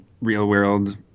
real-world